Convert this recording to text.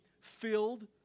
filled